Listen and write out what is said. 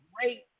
great